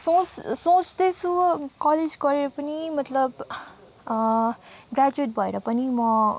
सोच सोच्दैछु कलेज गरेर पनि मतलब ग्र्याजुयट भएर पनि म